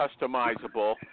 customizable